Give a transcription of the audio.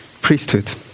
priesthood